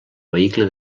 vehicle